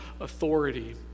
authority